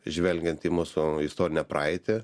žvelgiant į mūsų istorinę praeitį